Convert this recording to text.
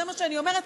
זה מה שאני אומרת.